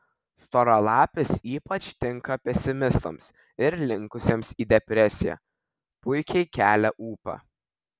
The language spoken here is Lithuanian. storalapis ypač tinka pesimistams ar linkusiems į depresiją puikiai kelia ūpą